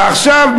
ועכשיו,